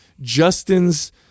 Justin's